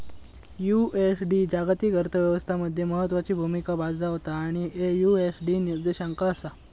USD जागतिक अर्थ व्यवस्था मध्ये महत्त्वाची भूमिका बजावता आणि यु.एस.डी निर्देशांक असा